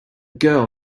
girl